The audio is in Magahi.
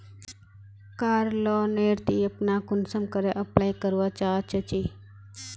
कार लोन नेर ती अपना कुंसम करे अप्लाई करवा चाँ चची?